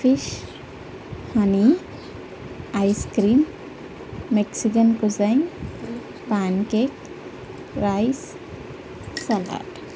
fish honey ice cream Mexican cuisine pancake rice salad